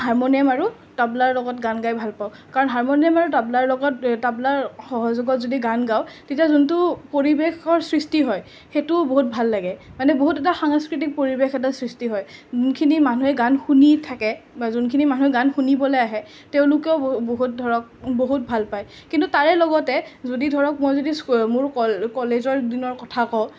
harmonium আৰু তবলাৰ লগত গান গাই ভালপাওঁ কাৰণ হাৰম'নিয়াম আৰু তবলাৰ সহযোগত যদি গান গাওঁ তেতিয়া যোনটো পৰিৱেশৰ সৃষ্টি হয় সেইটোও বহুত ভাল লাগে মানে বহুত এটা সাংস্কৃতিক পৰিৱেশৰ সৃষ্টি হয় যোনখিনি মানুহে গান শুনি থাকে বা যোনখিনি মানুহে গান শুনিবলৈ আহে তেওঁলোকেও বহুত ধৰক বহুত ভাল পায় কিন্তু তাৰে লগতে যদি ধৰক মই যদি মোৰ কলেজৰ দিনৰ কথা কওঁ